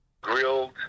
grilled